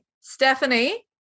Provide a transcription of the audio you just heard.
Stephanie